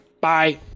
Bye